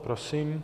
Prosím.